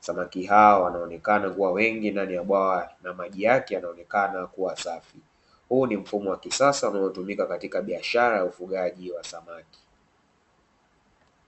samaki hawa wanaonekana kuwa wengi ndani ya bwawa na maji yake yanaonekana kuwa safi. Huu ni mfumo wa kisasa unaotumika katika biashara ya ufugaji wa samaki.